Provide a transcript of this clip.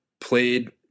Played